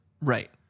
Right